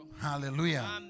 hallelujah